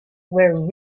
were